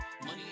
Money